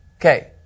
Okay